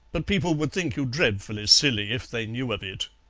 but people would think you dreadfully silly if they knew of it.